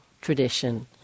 tradition